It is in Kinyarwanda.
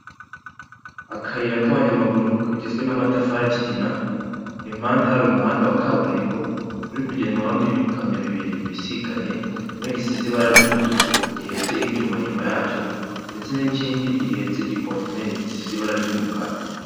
Akayira k'abanyamaguru kagizwe n'amatafari y'ikigina, impande hari umuhanda wa kaburimbo uri kugenwaho n'ibikamyo bibiri bibisikanye, kimwe gisize ibara ry'umutuku gihetse ibyuma nyuma yacyo ndetse n'ikindi gihetse igi kontineri gisize ibara ry'umukara.